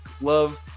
Love